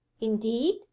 Indeed